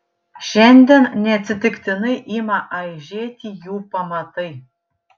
šiandien neatsitiktinai ima aižėti jų pamatai